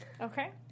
Okay